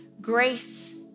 grace